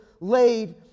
laid